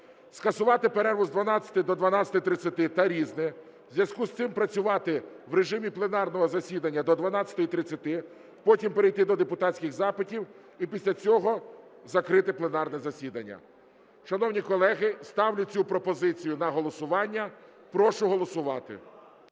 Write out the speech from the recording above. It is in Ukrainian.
скасувати перерву з 12 до 12:30 та "Різне", у зв'язку з цим працювати в режимі пленарного засідання до 12:30, потім перейти до депутатських запитів і після цього закрити пленарне засідання. Шановні колеги, ставлю цю пропозицію на голосування. Прошу голосувати.